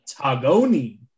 Tagoni